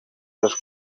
dels